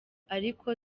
ariko